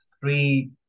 three